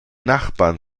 nachbarn